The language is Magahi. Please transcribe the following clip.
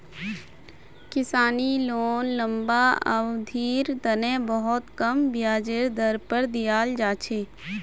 किसानी लोन लम्बा अवधिर तने बहुत कम ब्याजेर दर पर दीयाल जा छे